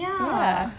ya